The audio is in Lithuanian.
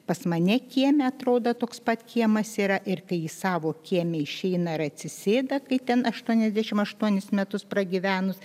pas mane kieme atrodo toks pat kiemas yra ir kai ji savo kieme išeina ir atsisėda kai ten aštuoniasdešimt aštuonis metus pragyvenus